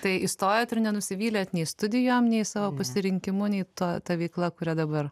tai įstojot ir nenusivylėt nei studijom nei savo pasirinkimu nei ta ta veikla kuria dabar